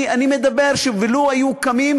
אני אומר: לו היו קמים,